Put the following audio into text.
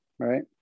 Right